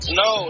no